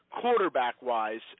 quarterback-wise